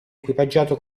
equipaggiato